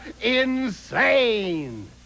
insane